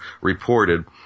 reported